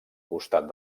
costat